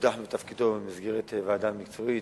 שהודח מתפקידו במסגרת ועדה מקצועית,